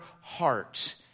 heart